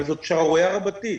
אבל זאת שערורייה רבתי.